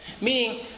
Meaning